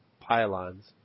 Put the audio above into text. pylons